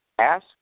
Ask